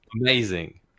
amazing